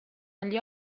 agli